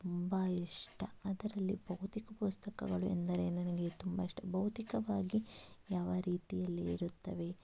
ತುಂಬ ಇಷ್ಟ ಅದರಲ್ಲಿ ಭೌತಿಕ ಪುಸ್ತಕಗಳು ಎಂದರೆ ನನಗೆ ತುಂಬ ಇಷ್ಟ ಭೌತಿಕವಾಗಿ ಯಾವ ರೀತಿಯಲ್ಲಿ ಇರುತ್ತವೆ